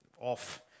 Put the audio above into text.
off